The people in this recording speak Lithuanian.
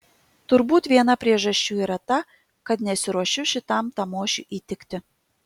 turbūt viena priežasčių yra ta kad nesiruošiu šitam tamošiui įtikti